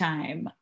Time